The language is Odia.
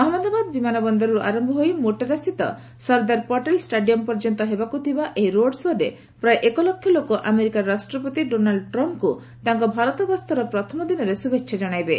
ଅହମ୍ମଦାବାଦ ବିମାନ ବନ୍ଦରରୁ ଆରମ୍ଭ ହୋଇ ମୋଟେରା ସ୍ଥିତ ସର୍ଦ୍ଦାର ପଟେଲ ଷ୍ଟାଡିୟମ୍ ପର୍ଯ୍ୟନ୍ତ ହେବାକୁଥିବା ଏହି ରୋଡ୍ଶୋରେ ପ୍ରାୟ ଏକଲକ୍ଷ ଲୋକ ଆମେରିକା ରାଷ୍ଟ୍ରପତି ଡୋନାଲ୍ଡ ଟ୍ରମ୍ପଙ୍କୁ ତାଙ୍କ ଭାରତ ଗସ୍ତର ପ୍ରଥମ ଦିନରେ ଶୁଭେଚ୍ଛା ଜଣାଇବେ